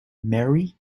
mary